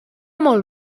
molt